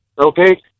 Okay